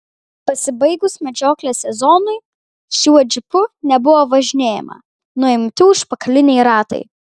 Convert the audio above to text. pasibaigus medžioklės sezonui šiuo džipu nebuvo važinėjama nuimti užpakaliniai ratai